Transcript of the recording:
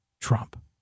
Trump